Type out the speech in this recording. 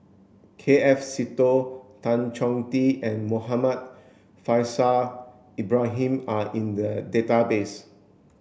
K F Seetoh Tan Chong Tee and Muhammad Faishal Ibrahim are in the database